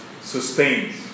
sustains